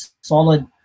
solid